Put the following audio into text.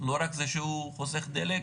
לא רק זה שהוא חוסך דלק?